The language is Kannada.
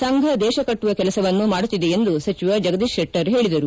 ಸಂಫ ದೇಶ ಕಟ್ಟುವ ಕೆಲಸವನ್ನು ಮಾಡುತ್ತಿದೆ ಎಂದು ಸಚಿವ ಜಗದೀಶ್ ಶೆಟ್ಟರ್ ಹೇಳಿದರು